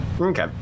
Okay